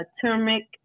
turmeric